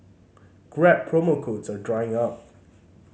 grab promo codes are drying up